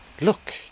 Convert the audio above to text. look